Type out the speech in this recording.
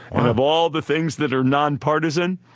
and of all the things that are nonpartisan.